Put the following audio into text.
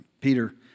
Peter